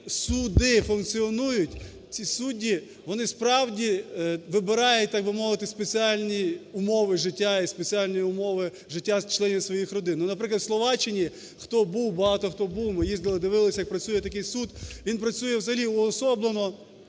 суди функціонують, ці судді, вони справді вибирають, так би мовити, спеціальні умови життя і спеціальні умови життя членів своїх родин. Ну, наприклад, у Словаччині хто був, багато хто був, ми їздили і дивились, як працює такий суд. Він працює взагалі уособлено,